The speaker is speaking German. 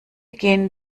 gehen